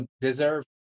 deserve